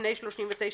ולפני "39יח1"